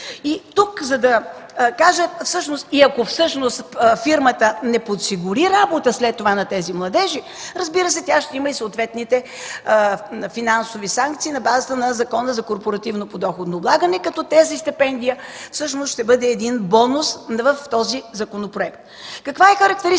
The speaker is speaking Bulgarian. гарантирано работно място. И ако фирмата не подсигури работа след това на тези младежи, разбира се, тя ще има и съответните финансови санкции на базата на Закона за корпоративното подоходно облагане, като тази стипендия всъщност ще бъде един бонус в този законопроект. Каква е характеристиката